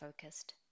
focused